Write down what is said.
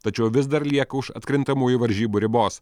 tačiau vis dar lieka už atkrintamųjų varžybų ribos